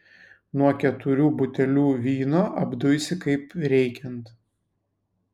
nuo keturių butelių vyno apduisi kaip reikiant